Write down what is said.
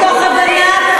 מתוך הבנת,